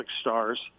stars